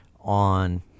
on